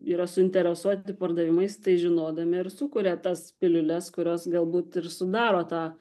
yra suinteresuoti pardavimais tai žinodami ir sukuria tas piliules kurios galbūt ir sudaro tą